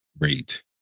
great